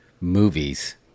movies